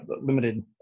limited